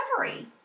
recovery